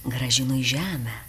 grąžinu į žemę